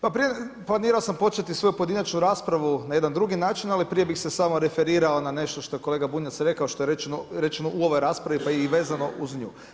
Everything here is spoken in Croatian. Planirao sam početi pojedinačnu raspravu na jedan drugi način, ali prije bi se samo referirao na nešto što je kolega Bunjac rekao, što je rečeno u ovoj raspravi, pa i vezano uz nju.